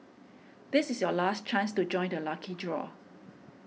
this is your last chance to join the lucky draw